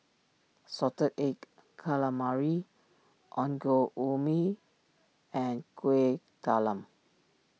Salted Egg Calamari Ongol Ubi and Kueh Talam